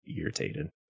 irritated